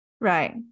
right